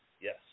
Yes